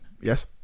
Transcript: Yes